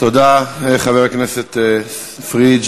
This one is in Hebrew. תודה לחבר הכנסת פריג'.